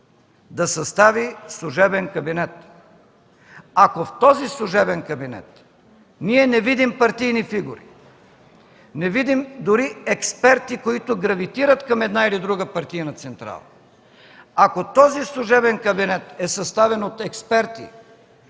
да състави служебен кабинет. Ако в този служебен кабинет ние не видим партийни фигури, не видим дори експерти, които гравитират към една или друга партийна централа, ако този служебен кабинет е съставен от експерти,